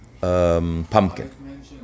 pumpkin